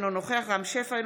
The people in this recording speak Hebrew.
אינו נוכח רם שפע,